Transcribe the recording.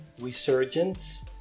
resurgence